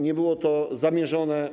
Nie było to zamierzone.